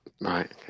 Right